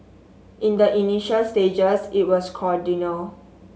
in the initial stages it was cordial